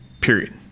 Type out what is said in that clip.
period